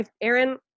Aaron